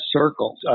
circle